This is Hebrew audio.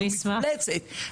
זוהי מפלצת.